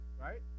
Right